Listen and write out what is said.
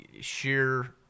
sheer